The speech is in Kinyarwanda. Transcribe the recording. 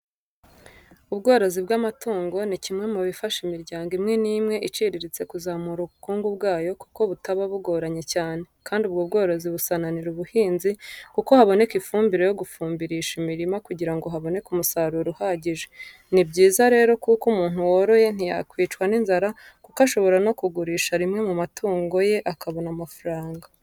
Ubworozi bw'amatungo ni kimwe mu bifasha imiryango imwe n'imwe iciriritse kuzamura ubukungu bwayo kuko butaba bugoranye cyane, kandi ubwo bworozi busananira ubuhinzi kuko haboneka n'ifumbire yo gufumbirisha imirima kugira ngo haboneke umusaruro uhagije. Ni byiza rero kuko umuntu woroye ntiyakwicwa n'inzara kuko ashobora no kugurisha rimwe mu matungo ye akabona amafaranga.